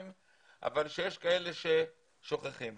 ויש כאלה ששוכחים אותם.